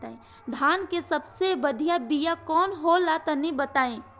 धान के सबसे बढ़िया बिया कौन हो ला तनि बाताई?